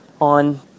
on